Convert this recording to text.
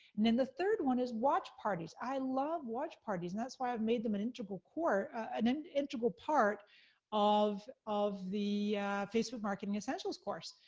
and then the third one is watch parties. i love watch parties, and that's why i've made them an integral core, an an integral part of of the facebook marketing essentials course.